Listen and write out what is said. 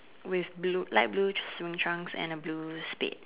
with blue light blue swimming trunk and a blue spade